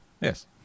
Yes